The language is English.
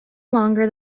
longer